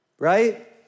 right